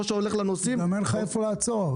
או שהולך לנוסעים --- גם אין לך איפה לעצור.